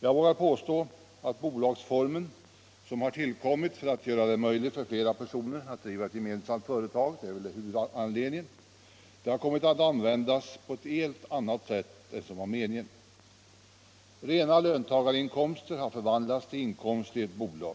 Jag vågar påstå att bolagsformen, som väl huvudsakligen har tillkommit för att göra det möjligt för flera personer att driva gemensamt företag, har kommit att användas på ett helt annat sätt än vad som var meningen. Rena löntagarinkomster har förvandlats till inkomst i ett bolag.